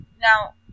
now